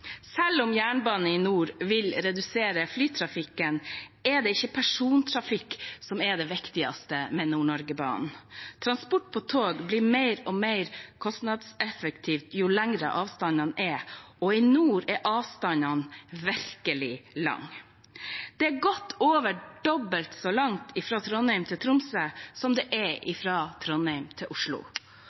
Selv om jernbane i nord vil redusere flytrafikken, er det ikke persontrafikk som er det viktigste med Nord-Norge-banen. Transport med tog blir mer og mer kostnadseffektivt jo lengre avstanden er, og i nord er avstandene virkelig lange. Det er godt over dobbelt så langt fra Trondheim til Tromsø som det er fra Trondheim til Oslo.